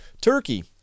Turkey